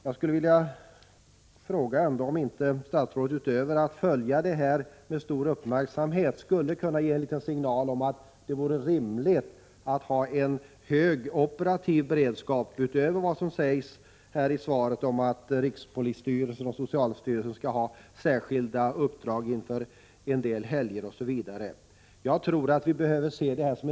Jag skulle vilja fråga statsrådet om hon inte, förutom att följa detta med uppmärksamhet, skulle kunna ge en liten signal om att det vore rimligt att ha en hög operativ beredskap utöver den som det talas om i svaret, nämligen att rikspolisstyrelsen och socialstyrelsen skall ha särskilda uppdrag inför en del helger, osv. Jag tror att detta arbete behöver bedrivas gemensamt av Prot.